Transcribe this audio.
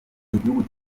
igihugu